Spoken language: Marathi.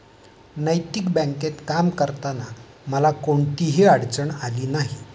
नैतिक बँकेत काम करताना मला कोणतीही अडचण आली नाही